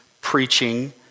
preaching